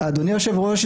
אדוני היושב-ראש,